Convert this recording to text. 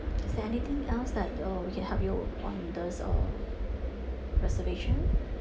is there anything else that uh we can help you on this uh reservation